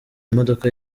imodoka